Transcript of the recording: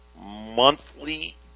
monthly